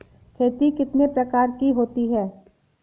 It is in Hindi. खेती कितने प्रकार की होती है?